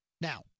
Now